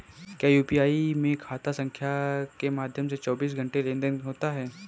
क्या यू.पी.आई में खाता संख्या के माध्यम से चौबीस घंटे लेनदन होता है?